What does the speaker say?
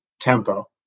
tempo